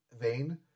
vein